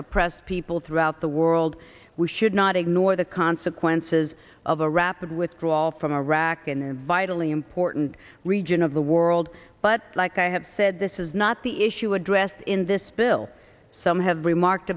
oppressed people throughout the world we should not ignore the consequences of a rapid withdrawal from iraq and their vitally important region of the world but like i have said this is not the issue addressed in this bill some have remarked